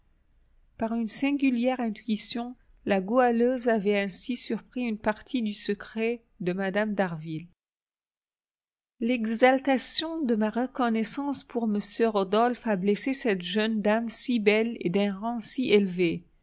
par une singulière intuition la goualeuse avait ainsi surpris une partie du secret de mme d'harville l'exaltation de ma reconnaissance pour m rodolphe a blessé cette jeune dame si belle et d'un rang si élevé